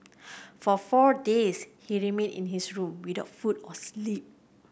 for four days he remained in his room with the food or sleep